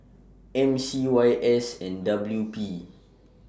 M C Y S and W P